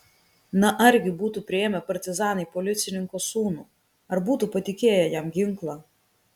na argi būtų priėmę partizanai policininko sūnų ar būtų patikėję jam ginklą